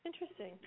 Interesting